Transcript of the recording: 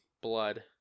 blood